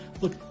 Look